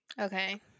okay